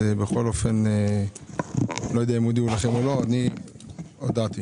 בבקשה, נפתח בהצעה לסדר.